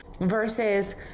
Versus